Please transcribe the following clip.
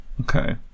Okay